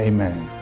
Amen